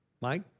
Mike